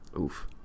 Oof